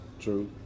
True